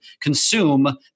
consume